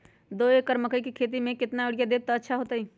दो एकड़ मकई के खेती म केतना यूरिया देब त अच्छा होतई?